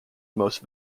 most